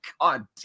God